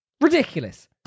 Ridiculous